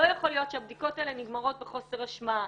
לא יכול להיות שהבדיקות האלה נגמרות בחוסר אשמה,